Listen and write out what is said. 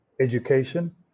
education